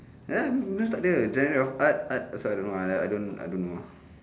!huh! takde genre of art art sorry I don't know ah I don't I don't know ah